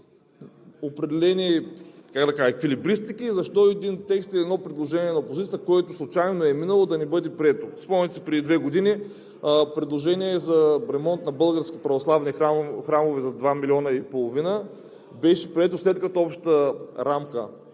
определени еквилибристики. Защо един текст и едно предложение на опозицията, което случайно е минало, да не бъде прието? Спомняте си преди две години предложението за ремонт на български православни храмове за 2 милиона и половина беше прието след като общата рамка